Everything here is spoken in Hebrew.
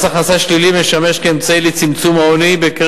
מס הכנסה שלילי משמש כאמצעי לצמצום העוני בקרב